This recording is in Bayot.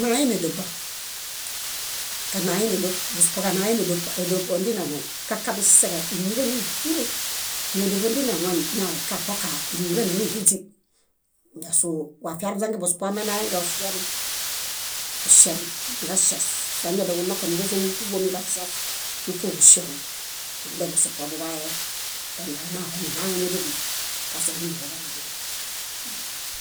Kaɭayen édoba, busupo kaɭayen édoḃ. Édoḃodineɭaĩ kakabusiseġa íñiġanivili. Méedoḃondinehuoñ ñakaṗoko íñiġananiɭiźi. Ñásoo wafiaruźangen busupo, wamenayangen óŝarum, niġaŝias, siġadiaġunõka níġazomuġuṗubomi baŝias níkuġuŝiarum. Húmunda busupo buḃaaye, onaniña naḃaniɭayen édoḃi, kazuniminuġuḃa nédoe.